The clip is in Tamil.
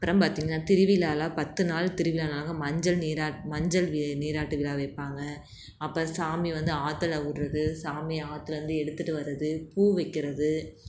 அப்புறம் பார்த்திங்கன்னா திருவிழாலாம் பத்து நாள் திருவிழாவாக மஞ்சள் நீராட்டு மஞ்சள் நீ நீராட்டு விழா வைப்பாங்க அப்புறம் சாமி வந்து ஆற்றுல விடுறது சாமியை ஆற்றிலேருந்து எடுத்துட்டு வரது பூ வைக்கிறது